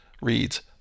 reads